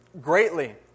greatly